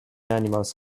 animals